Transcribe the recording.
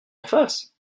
face